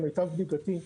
למיטב בדיקתי,